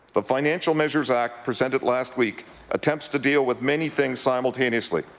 the financial measures act presented last week attempts to deal with many things simultaneously,